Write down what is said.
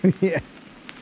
yes